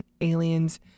aliens